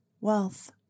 wealth